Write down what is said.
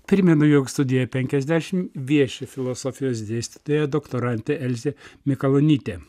primenu jog studija penkiasdešimt vieši filosofijos dėstytoja doktorantė elzė mikalonytė